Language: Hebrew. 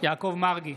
יעקב מרגי,